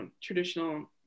traditional